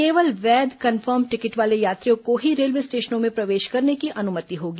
केवल वैध confirm ticket वाले यात्रियों को ही रेलवे स्टेषनों में प्रवेष करने की अनुमति होगी